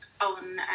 on